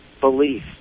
belief